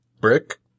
brick